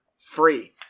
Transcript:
free